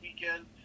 weekend